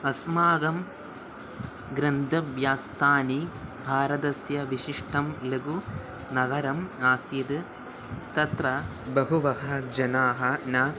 अस्माकं गन्तव्यस्तथानानि भारतस्य विशिष्टं लघुनगरम् आसीत् तत्र बहवः जनाः न